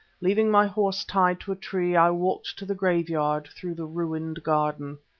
leaving my horse tied to a tree, i walked to the graveyard, through the ruined garden.